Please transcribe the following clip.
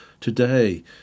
today